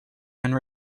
and